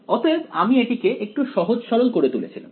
অতএব আমি এটিকে একটু সহজ সরল করে তুলেছিলাম